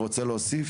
רוצה להוסיף?